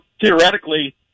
theoretically